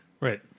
Right